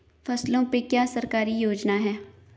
फसलों पे क्या सरकारी योजना है?